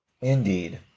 Indeed